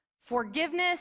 Forgiveness